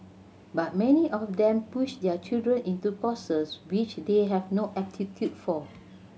but many of them push their children into courses which they have no aptitude for